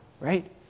right